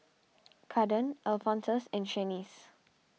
Kaden Alphonsus and Shanice